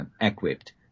equipped